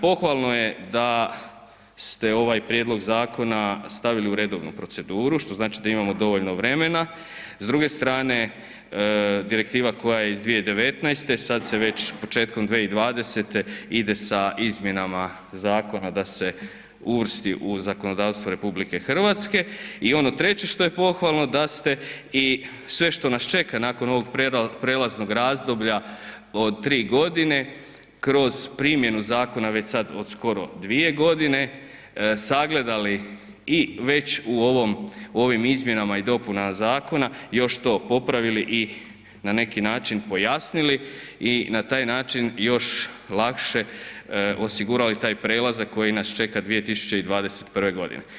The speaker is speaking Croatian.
Pohvalno je da ste ovaj prijedlog zakona stavili u redovnu proceduru, što znači da imamo dovoljno vremena, s druge strane direktiva koja je iz 2019., sad se već početkom 2020. ide sa izmjenama zakona da se uvrsti u zakonodavstvo RH i ono treće što je pohvalno, da ste i sve što nas čeka nakon ovog prelaznog razdoblja od 3 g. kroz primjenu zakona već sad od skoro 2 g., sagledali i već u ovim izmjenama i dopunama zakona, još to popravili i na neki način pojasnili i na taj način još lakše osigurali taj prelazak koji nas čeka 2021. godine.